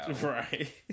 right